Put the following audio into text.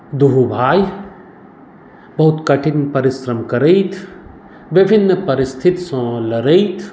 दुहू भाय बहुत कठिन परिश्रम करैत विभिन्न परिस्थितिसँ लड़ैत